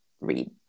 read